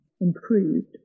improved